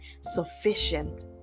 sufficient